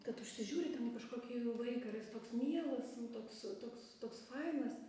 kad užsižiūri ten į kažkokį vaiką ir jis toks mielas toks toks toks fainas